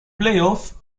playoffs